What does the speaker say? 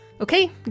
Okay